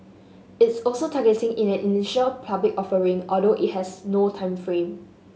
it's also targeting in an initial public offering although it has no time frame